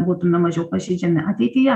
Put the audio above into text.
būtume mažiau pažeidžiami ateityje